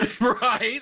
Right